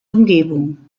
umgebung